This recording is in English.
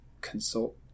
consult